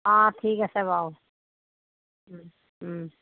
অঁ ঠিক আছে বাৰু